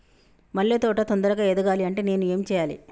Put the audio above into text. మల్లె తోట తొందరగా ఎదగాలి అంటే నేను ఏం చేయాలి?